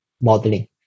modeling